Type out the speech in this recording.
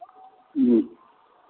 ह्म्म